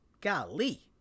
Golly